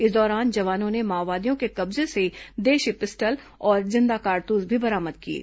इस दौरान जवानों ने माओवादियों के कब्जे से देशी पिस्टल और जिंदा कारतूस भी बरामद किया है